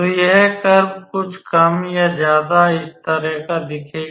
तो यह कर्व कुछ कम या ज्यादा इस तरह का दिखेगा